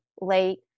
late